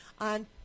On